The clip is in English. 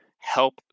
help